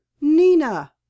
Nina